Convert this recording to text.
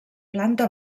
planta